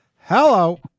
Hello